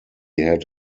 had